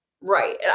Right